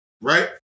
right